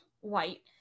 white